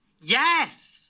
Yes